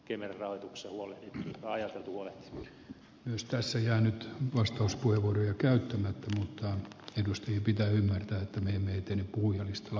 kemeraan suolen ajateltuna mistä se jäänyt vastauspuheenvuoroja käyttämättä mutta hän edusti pitää ymmärtää että ne meitä kuin istua